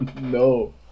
No